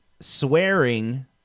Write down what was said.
swearing